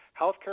Healthcare